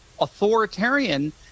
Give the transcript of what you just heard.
authoritarian